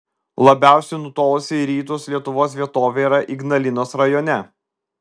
labiausiai nutolusi į rytus lietuvos vietovė yra ignalinos rajone